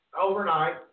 overnight